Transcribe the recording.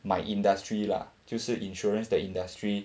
my industry lah 就是 insurance 的 industry